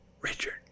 Richard